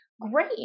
great